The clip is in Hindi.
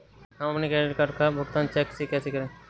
हम अपने क्रेडिट कार्ड का भुगतान चेक से कैसे करें?